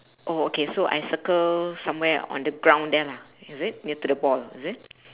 oh okay so I circle somewhere on the ground there lah is it near to the ball is it